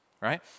right